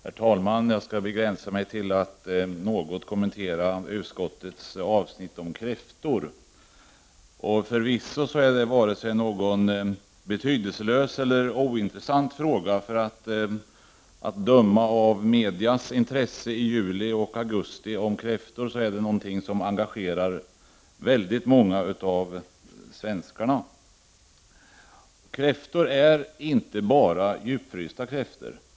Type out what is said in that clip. Herr talman! Jag skall begränsa mig till att något kommentera utskottsbetänkandets avsnitt om kräftor. Förvisso är det varken någon betydelselös eller ointressant fråga. Att döma av medias intresse för kräftor i juli och augusti är det någonting som engagerar väldigt många av svenskarna. Kräftor är inte bara djupfrysta kräftor.